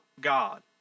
God